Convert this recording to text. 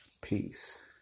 Peace